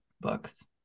books